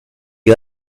you